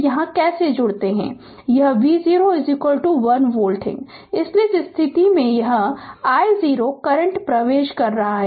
तो यह V0 1 volt है इसलिए इस स्थिति में यह i0 करंट प्रवेश कर रहा है